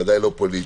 ודאי לא פוליטי,